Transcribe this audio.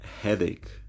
headache